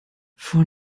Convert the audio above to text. vor